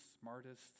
smartest